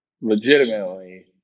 Legitimately